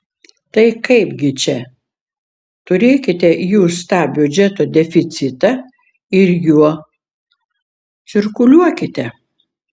tai kaipgi čia turėkite jūs tą biudžeto deficitą ir juo cirkuliuokite